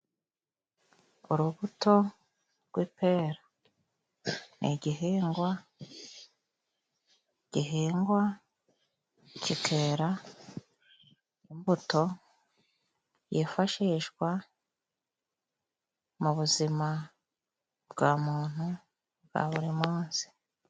Urubuto rw'ipera ni igihingwa gihingwa kikera imbuto yifashishwa mu buzima bwa muntu bwa buri munsi.